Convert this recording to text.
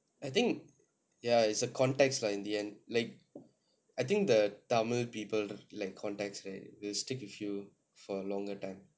I think ya is a context lah in the end like I think the tamil people like context right will stick with you for a longer time